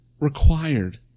required